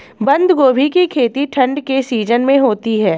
बंद गोभी की खेती ठंड के सीजन में होती है